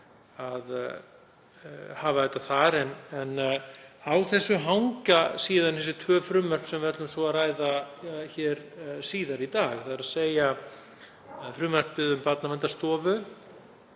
að hafa þetta þannig. En á þessu hanga síðan þessi tvö frumvörp sem við ætlum svo að ræða hér síðar í dag, þ.e. annars vegar frumvarpið um Barnaverndarstofu